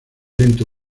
lento